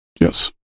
Yes